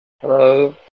hello